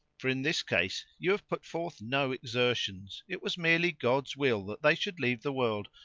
for in this case you have put forth no exertions it was merely god's will that they should leave the world,